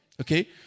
okay